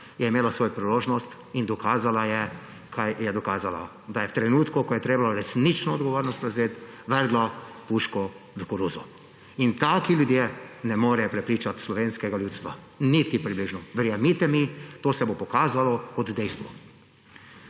je imela svojo priložnost in dokazala je … Kaj je dokazala? Da je v trenutku, ko je bilo treba prevzeti resnično odgovornost, vrgla puško v koruzo. In taki ljudje ne morejo prepričati slovenskega ljudstva. Niti približno. Verjemite mi, to se bo pokazalo kot dejstvo.